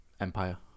Empire